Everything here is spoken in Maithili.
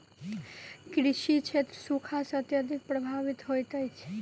कृषि क्षेत्र सूखा सॅ अत्यधिक प्रभावित होइत अछि